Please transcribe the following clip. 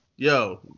Yo